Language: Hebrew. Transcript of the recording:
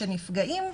שנפגעים?